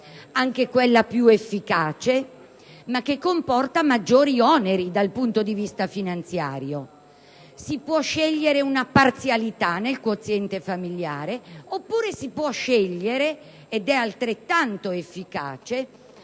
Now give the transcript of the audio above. radicale e più efficace ma che comporta maggiori oneri dal punto di vista finanziario; si può scegliere un quoziente familiare parziale, oppure si può scegliere, ed è altrettanto efficace,